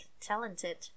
talented